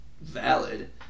valid